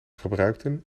gebruikten